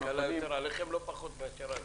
ההקלה היא יותר לכם לא פחות מאשר לנו.